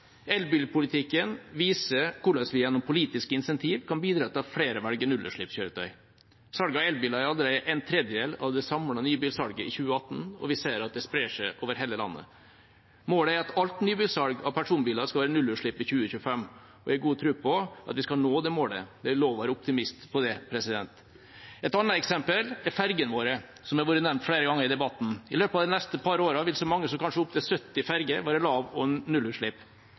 Elbilpolitikken viser hvordan vi gjennom politiske incentiv kan bidra til at flere velger nullutslippskjøretøy. Salget av elbiler er allerede en tredjedel av det samlede nybilsalget i 2018, og vi ser at det sprer seg over hele landet. Målet er at alt nybilsalg av personbiler skal være nullutslippskjøretøy i 2025. Jeg har god tro på at vi skal nå det målet. Det er lov å være optimist på det. Et annet eksempel er fergene våre, som har vært nevnt flere ganger i debatten. I løpet av de neste par årene vil så mange som kanskje opptil 70 ferger ha lav- og nullutslipp.